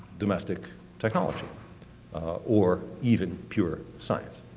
domestic technology or even pure science.